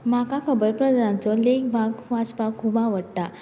म्हाका खबरप्रदांचो लेख वाक वाचपाक खूब आवडटा